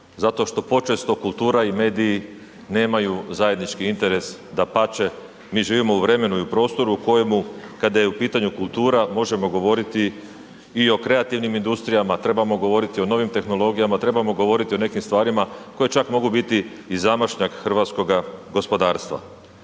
zato što počesto kultura i mediji nemaju zajednički interes, dapače mi živimo u vremenu i u prostoru u kojemu kada je u pitanju kultura možemo govoriti i o kreativnim industrijama, trebamo govoriti o novim tehnologijama, trebamo govoriti o nekim stvarima koje čak mogu biti i zamašnjak hrvatskoga gospodarstva.